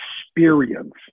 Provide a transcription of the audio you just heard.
experience